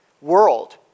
world